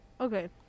Okay